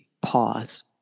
pause